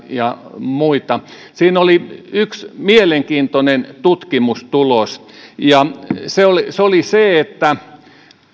ja muita siinä oli yksi mielenkiintoinen tutkimustulos ja se oli se oli se että